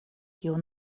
kiu